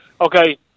Okay